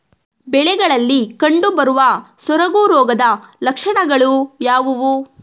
ಬೆಳೆಗಳಲ್ಲಿ ಕಂಡುಬರುವ ಸೊರಗು ರೋಗದ ಲಕ್ಷಣಗಳು ಯಾವುವು?